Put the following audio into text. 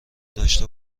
داشته